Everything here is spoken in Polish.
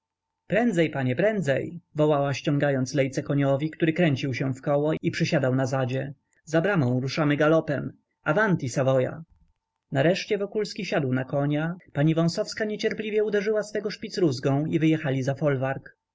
prędzej panie prędzej wolała ściągając lejce koniowi który kręcił się wkoło i przysiadał na zadzie za bramą ruszamy galopem avanti savoya nareszcie wokulski siadł na konia pani wąsowska niecierpliwie uderzyła swego szpicrózgą i wyjechali za folwark